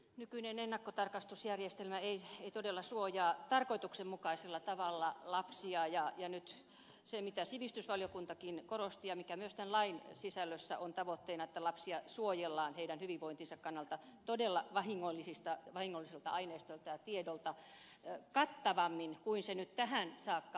nykyinen ennakkotarkastusjärjestelmä ei todella suojaa tarkoituksenmukaisella tavalla lapsia ja nyt se mitä sivistysvaliokuntakin korosti ja mikä myös tämän lain sisällössä on tavoitteena on se että lapsia suojellaan heidän hyvinvointinsa kannalta todella vahingolliselta aineistolta ja tiedolta kattavammin kuin tähän saakka on tehty